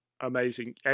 Amazing